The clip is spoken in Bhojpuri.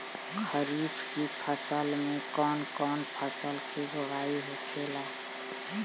खरीफ की फसल में कौन कौन फसल के बोवाई होखेला?